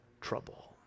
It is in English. trouble